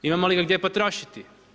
Imamo li ga gdje potrošiti?